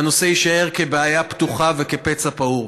והנושא יישאר כבעיה פתוחה וכפצע פעור.